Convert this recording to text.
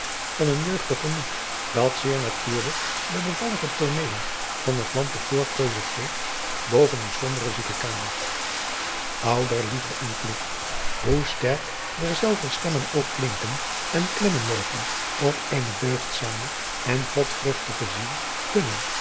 van een jeugdig gemoed dat zeer natuurlijk de bevallige tooneelen van het land de voorkeuze geeft boven de sombere ziekekamer ouderliefde en pligt hoe sterk derzelver stemmen ook klinken en klemmen mogen op eene deugdzame en godvruchtige ziel kunnen